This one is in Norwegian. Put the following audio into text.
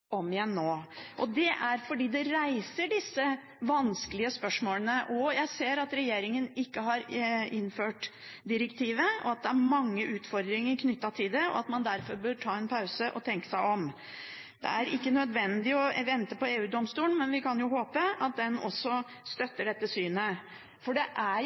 og det er fordi den reiser disse vanskelige spørsmålene. Jeg ser at regjeringspartiene ikke har innført direktivet, at det er mange utfordringer knyttet til det, og man bør derfor ta en pause og tenke seg om. Det er ikke nødvendig å vente på EU-domstolen, men vi kan jo håpe at den også støtter dette synet, for det er